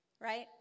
right